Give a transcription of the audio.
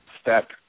step